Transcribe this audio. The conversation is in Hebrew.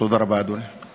תודה רבה, אדוני.